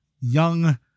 Young